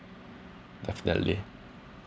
definitely